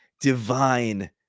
divine